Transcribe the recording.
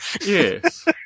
Yes